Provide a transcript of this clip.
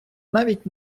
навіть